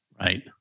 Right